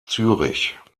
zürich